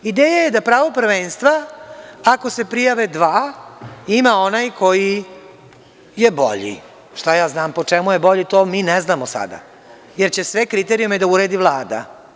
Ideja je da pravo prvenstva, ako se prijave dva ima onaj koji je bolji, šta ja znam po čemu je bolji, to mi ne znamo sada, jer će sve kriterijume da uredi Vlada.